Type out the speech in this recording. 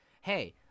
hey